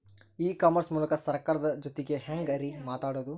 E commerce ಮೂಲಕ ಸರ್ಕಾರದ ಜೊತಿಗೆ ಹ್ಯಾಂಗ್ ರೇ ಮಾತಾಡೋದು?